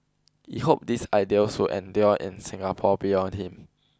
he hoped these ideals would endure in Singapore beyond him